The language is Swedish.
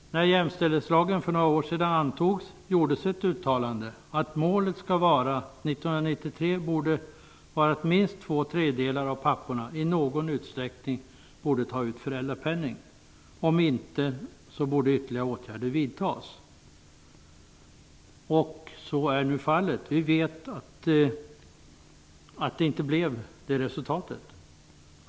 När jämställdhetslagen antogs för några år sedan gjordes ett uttalande, att målet 1993 borde vara att minst två tredjedelar av papporna i någon utsträckning skulle ta ut föräldrapenning. Om det målet inte uppnåddes borde ytterligare åtgärder vidtas. Vi vet nu att resultatet inte blev detta.